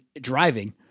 driving